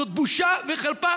זאת בושה וחרפה.